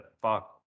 fuck